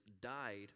died